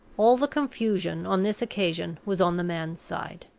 all the confusion, on this occasion, was on the man's side.